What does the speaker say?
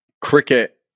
Cricket